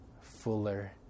fuller